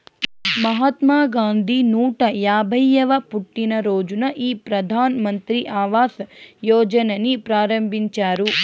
మహాత్మా గాంధీ నూట యాభైయ్యవ పుట్టినరోజున ఈ ప్రధాన్ మంత్రి ఆవాస్ యోజనని ప్రారంభించారు